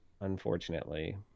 unfortunately